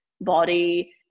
body